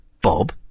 Bob